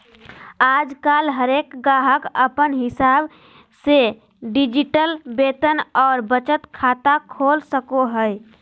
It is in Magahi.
आजकल हरेक गाहक अपन हिसाब से डिजिटल वेतन और बचत खाता खोल सको हय